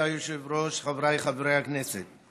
אדוני היושב-ראש, חבריי חברי הכנסת,